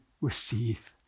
receive